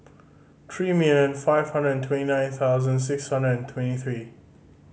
three million five hundred and twenty nine thousand six hundred and twenty three